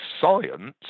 science